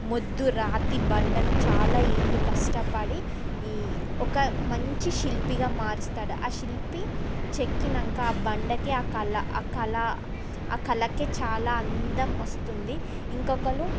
మొద్దు రాతి బండను చాలా ఏళ్ళు కష్టపడి ఈ ఒక మంచి శిల్పిగా మారుస్తాడు ఆ శిల్పి చెక్కాక ఆ బండకి ఆ ఆ కళ ఆ కళకే చాలా అందం వస్తుంది ఇంకొకళ్ళు